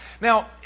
Now